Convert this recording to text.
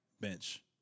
bench